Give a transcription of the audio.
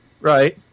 Right